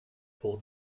pour